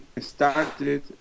started